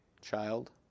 child